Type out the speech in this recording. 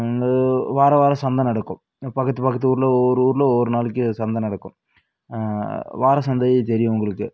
வந்து வாரம் வாரம் சந்தை நடக்கும் பக்கத்து பக்கத்து ஊரில் ஒவ்வொரு ஊரில் ஒவ்வொரு நாளைக்கு சந்தை நடக்கும் வாரச் சந்தை தெரியும் உங்களுக்கு